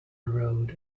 road